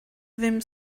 ddim